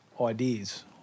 ideas